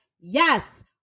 yes